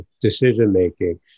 decision-making